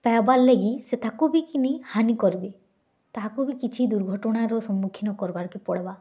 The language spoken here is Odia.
ପାଇବାର୍ ଲାଗି ସେଟାକୁ ବି କିନି ହାନୀ କର୍ବି ତାହାକୁ ବି କିଛି ଦୁର୍ଘଟଣାରୁ ସମ୍ମୁଖୀନ କର୍ବାର୍ କେ ପଡ଼୍ବା